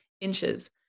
inches